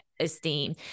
esteem